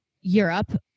Europe